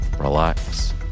relax